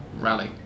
rally